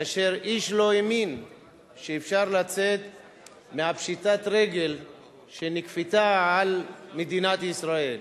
כאשר איש לא האמין שאפשר לצאת מפשיטת הרגל שנכפתה על מדינת ישראל,